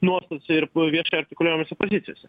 nuostatose ir viešai artikuliuojamose pozicijose